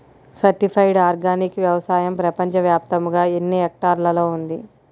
Certified organic వ్యవసాయం ప్రపంచ వ్యాప్తముగా ఎన్నిహెక్టర్లలో ఉంది?